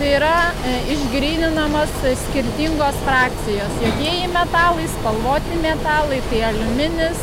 tai yra išgryninamas skirtingos frakcijos juodieji metalai spalvoti metalai aliuminis